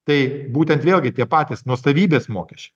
tai būtent vėlgi tie patys nuosavybės mokesčiai